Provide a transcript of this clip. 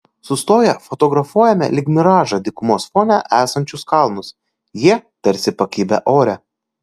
sustoję fotografuojame lyg miražą dykumos fone esančius kalnus jie tarsi pakibę ore